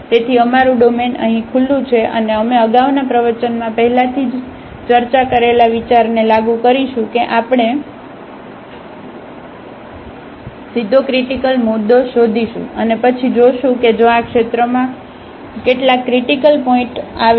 તેથી અમારું ડોમેન અહીં ખુલ્લું છે અને અમે અગાઉના પ્રવચનમાં પહેલાથી જ ચર્ચા કરેલા વિચારને લાગુ કરીશું કે આપણે સીધો ક્રિટીકલ મુદ્દો શોધીશું અને પછી જોશું કે જો આ ક્ષેત્રમાં કેટલાક ક્રિટીકલ પોઇન્ટ ઓ આવે છે